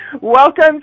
Welcome